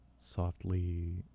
softly